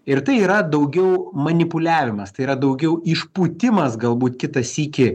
ir tai yra daugiau manipuliavimas tai yra daugiau išpūtimas galbūt kitą sykį